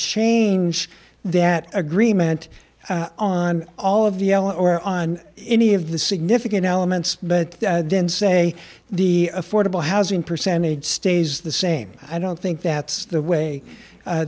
change that agreement on all of the l or on any of the significant elements but then say the affordable housing percentage stays the same i don't think that's the way